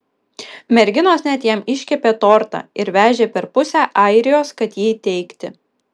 merginos net jam iškepė tortą ir vežė per pusę airijos kad jį įteikti